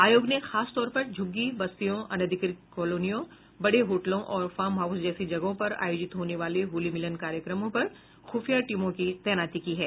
आयोग ने खास तौर पर झुग्गी बस्तियों अनधिकृत कॉलोनियों बड़े होटलों और फार्म हाउस जैसी जगहों पर आयोजित होने वाले होली मिलन कार्यक्रमों पर खुफिया टीमों की तैनाती की है